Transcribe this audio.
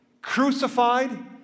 crucified